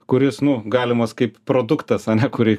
kuris nu galimas kaip produktas ane kurį